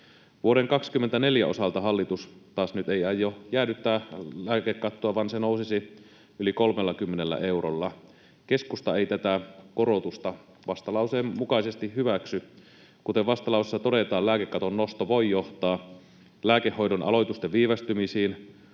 Vuoden 24 osalta hallitus taas nyt ei aio jäädyttää lääkekattoa, vaan se nousisi yli kolmellakymmenellä eurolla. Keskusta ei tätä korotusta vastalauseen mukaisesti hyväksy. Kuten vastalauseessa todetaan, lääkekaton nosto voi johtaa lääkehoidon aloitusten viivästymisiin,